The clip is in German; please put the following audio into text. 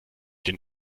den